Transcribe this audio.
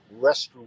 restroom